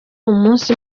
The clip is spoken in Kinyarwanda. umunsi